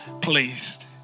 pleased